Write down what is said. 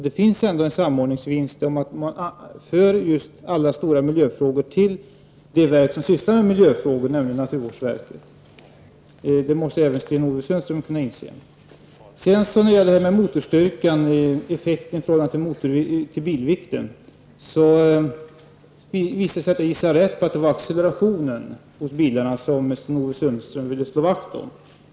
Det finns ändå en samordningsvinst att göra genom att man för över alla stora miljöfrågor till det verk som sysslar med miljöfrågor, nämligen naturvårdsverket. Det måste även Sten-Ove Sundström kunna inse. När det gäller motorstyrkan, effekten i förhållande till bilvikten, visar det sig att jag gissade rätt, nämligen att det var accelerationen hos bilarna som Sten-Ove Sundström ville slå vakt om.